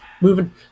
moving